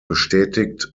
bestätigt